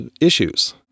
issues